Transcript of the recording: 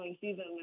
season